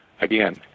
Again